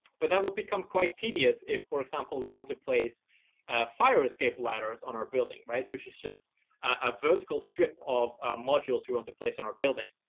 but that will become quite tedious if, for example, we want to place fire escape ladders on our building, right, which is just a vertical strip of modules we want to place in our building.